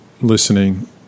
listening